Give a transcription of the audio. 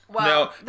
No